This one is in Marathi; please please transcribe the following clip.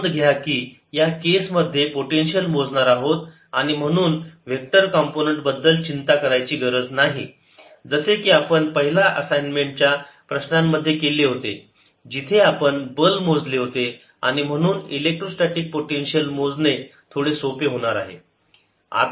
नोंद घ्या की या केस मध्ये पोटेन्शियल मोजणार आहोत आणि म्हणून व्हेक्टर कंपोनंन्ट बद्दल चिंता करायची काही गरज नाही जसे की आपण पहिला असाइनमेंट च्या प्रश्नामध्ये केले होते जिथे आपण बल मोजले होते आणि म्हणून इलेक्ट्रोस्टॅटीक पोटेन्शियल मोजणे थोडे सोपे होणार आहे